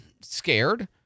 scared